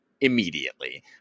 immediately